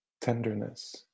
tenderness